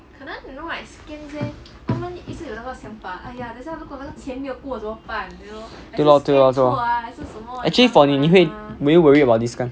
对 lor 对 lor actually for 你你会 will you worry about this kind